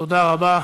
תודה רבה.